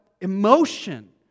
emotion